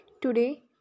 today